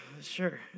Sure